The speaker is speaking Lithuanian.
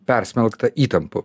persmelkta įtampų